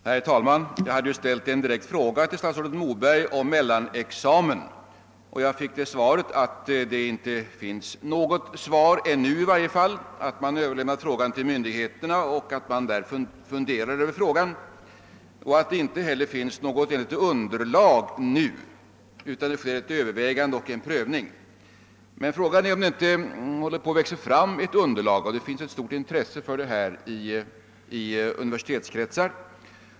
Herr talman! Jag ställde en direkt fråga till statsrådet Moberg om mellanexamen och fick beskedet att det i varje fall inte ännu finns något svar att ge, frågan har överlämnats till myndigheterna som funderar över den och det finns ännu inte något underlag för ett svar. Frågan är emellertid om det inte håller på att växa fram ett underlag, ty intresset för denna fråga är mycket stort i universitetskretsar.